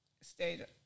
stayed